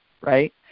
right